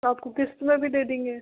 आपको किश्त में भी दे देंगे